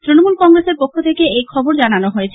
তৃণমূল কংগ্রেসের পক্ষ থেকে এ খবর জানানো হয়েছে